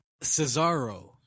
Cesaro